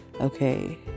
Okay